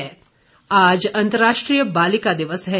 बालिका दिवस आज अन्तर्राष्ट्रीय बालिका दिवस है